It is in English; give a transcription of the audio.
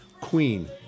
Queen